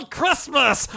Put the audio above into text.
Christmas